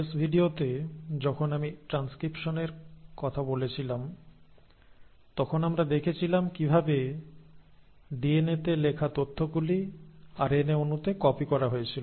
শেষ ভিডিওতে যখন আমি ট্রানস্ক্রিপশনের কথা বলছিলাম তখন আমরা দেখেছিলাম কিভাবে ডিএনএতে লেখা তথ্যগুলি আরএনএ অণুতে কপি করা হয়েছিল